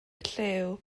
llyw